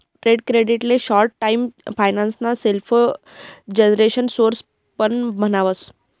trade credit ले short term finance ना self generation source पण म्हणावस